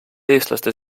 eestlaste